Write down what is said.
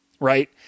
right